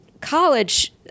college